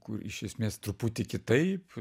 kur iš esmės truputį kitaip